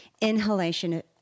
Inhalation